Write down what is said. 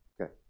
okay